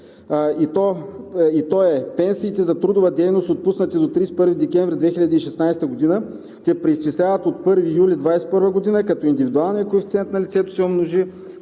е пенсиите за трудова дейност, отпуснати до 31 декември 2016 г., се преизчисляват от 1 юли 2021 г., като индивидуалният коефициент на лицето се умножи